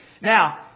Now